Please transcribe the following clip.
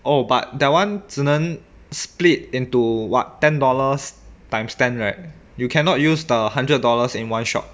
oh but that [one] 只能 split into what ten dollars times ten right you cannot use the hundred dollars in one shot